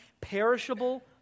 perishable